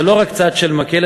זה לא רק צד של מקל,